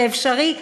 זה אפשרי.